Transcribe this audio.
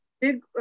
big